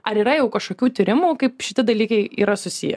ar yra jau kažkokių tyrimų kaip šiti dalykai yra susiję